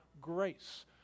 grace